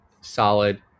solid